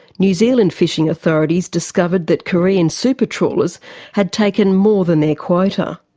new zealand fishing authorities discovered that korean super trawlers had taken more than their quota,